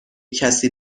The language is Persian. کسی